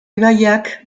ibaiak